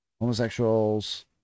Homosexuals